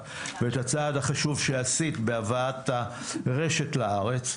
ואת הצעד החשוב שעשית בהבאת הרשת לארץ.